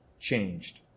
changed